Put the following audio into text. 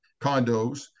condos